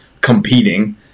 competing